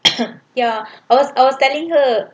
ya I was I was telling her